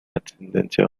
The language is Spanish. ascendencia